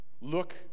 look